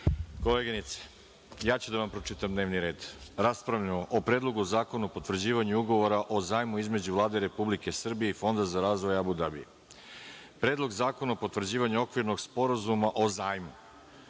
Koleginice, ja ću da vam pročitam dnevni red. Raspravljamo o: Predlogu zakona o potvrđivanju Ugovora o zajmu između Vlade Republike Srbije i Fonda za razvoj Abu Dabija; Predlog zakona o potvrđivanju okvirnog sporazuma o zajmu,